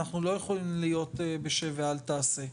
אנחנו לא יכולים להיות בשב ואל תעשה.